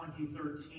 2013